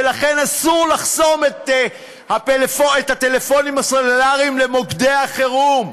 ולכן אסור לחסום את הטלפונים הסלולריים למוקדי החירום.